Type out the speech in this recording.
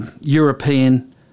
European